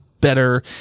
better